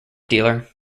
dealer